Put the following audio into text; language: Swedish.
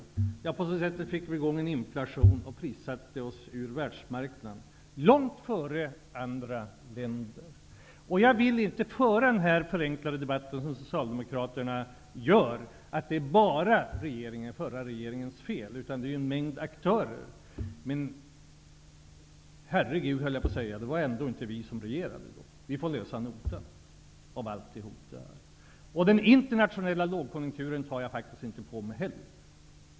På det sättet fick vi i gång en inflation och prissatte oss ut ur världsmarknaden långt före andra länder. Jag vill inte föra den förenklade debatt som Socialdemokraterna gör och säga att det bara är den förra regeringens fel. Det är ju en mängd aktörer som har varit med. Men, Herre Gud, det var ändå inte vi som regerade då. Vi får lösa notan på allt detta. Jag tar faktiskt inte heller på mig den internationella lågkonjunkturen.